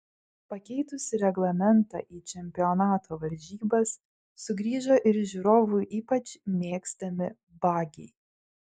pakeitus reglamentą į čempionato varžybas sugrįžo ir žiūrovų ypač mėgstami bagiai